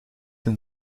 een